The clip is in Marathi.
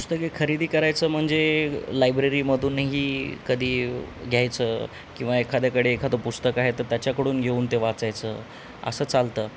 पुस्तके खरेदी करायचं म्हणजे लायब्ररीमधूनही कधी घ्यायचं किंवा एखाद्याकडे एखादं पुस्तक आहे तर त्याच्याकडून घेऊन ते वाचायचं असं चालतं